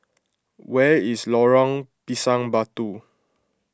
where is Lorong Pisang Batu